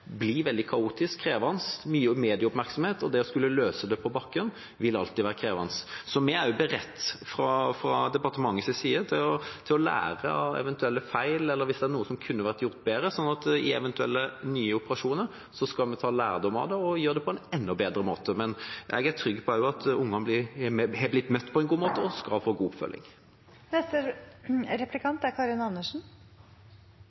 blir veldig kaotisk, krevende og får mye medieoppmerksomhet. Det å skulle løse det på bakken vil alltid være krevende. Vi er også beredt fra departementet side til å lære av eventuelle feil hvis det er noe som kunne vært gjort bedre. I eventuelle nye operasjoner skal vi ta lærdom av det og gjøre det på en enda bedre måte. Men jeg er også trygg på at ungene har blitt møtt på en god måte og skal få god oppfølging.